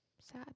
sad